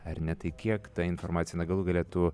ar ne tai kiek ta informacija na galų gale tu